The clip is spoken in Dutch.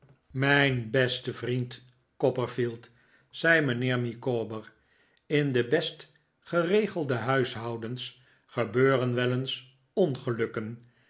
mijn beste vriend copperfield zei mijnheer micawber in de best geregelde huishoudens gebeuren wel eens ongelukken